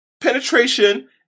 penetration